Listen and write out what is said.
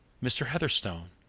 mr. heatherstone,